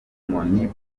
inkoni